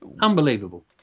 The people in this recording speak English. Unbelievable